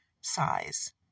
size